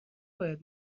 باید